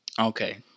Okay